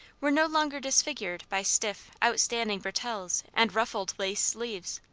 were no longer disfigured by stiff, outstanding bretelles and ruffled-lace sleeves,